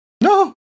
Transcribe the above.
No